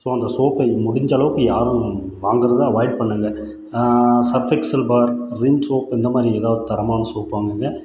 so அந்த சோப்பை முடிஞ்சளவுக்கு யாரும் வாங்கறதை அவாய்ட் பண்ணுங்க சர்ஃபெக்சல் பார் ரின் சோப் இந்த மாதிரி எதாவது தரமான சோப் வாங்குங்கள்